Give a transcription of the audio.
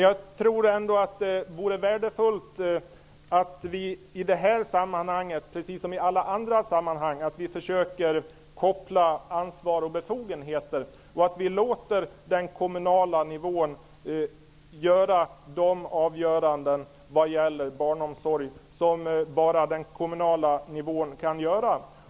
Jag tycker ändå att det vore värdefullt om vi i det här sammanhanget -- precis som i alla andra sammanhang -- försökte koppla ihop ansvar och befogenheter och om vi lät den kommunala nivån fälla de avgöranden angående barnomsorgen som bara den kommunala nivån kan göra.